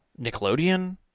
Nickelodeon